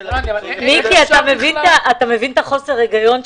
אתה מבין את חוסר ההיגיון?